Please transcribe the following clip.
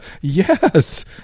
yes